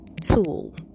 tool